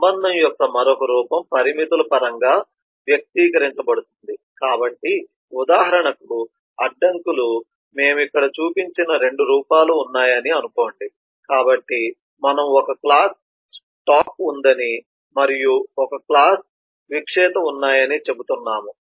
సంబంధం యొక్క మరొక రూపం పరిమితుల పరంగా వ్యక్తీకరించబడుతుంది కాబట్టి ఉదాహరణకు అడ్డంకులు మేము ఇక్కడ చూపించిన 2 రూపాలు ఉన్నాయని అనుకోండి కాబట్టి మనము ఒక క్లాస్ స్టాక్ ఉందని మరియు ఒక క్లాస్ విక్రేత ఉన్నాయని చెబుతున్నాము